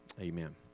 amen